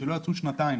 שלא יצאו שנתיים